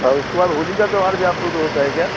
और उसके बाद होली का त्यौहार भी आपके उधर होता है क्या